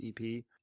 EP